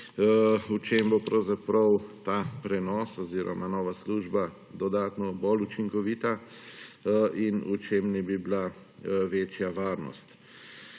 v čem bo pravzaprav ta prenos oziroma nova služba dodatno bolj učinkovita in v čem naj bi bila večja varnost.